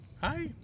Hi